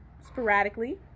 sporadically